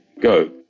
Go